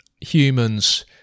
humans